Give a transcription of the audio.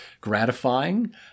gratifying